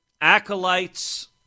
acolytes